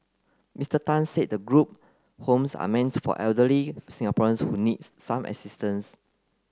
Mister Tan said the group homes are meant for elderly Singaporeans who need some assistance